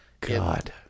God